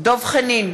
דב חנין,